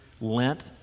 Lent